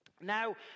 Now